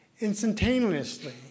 Instantaneously